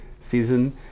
season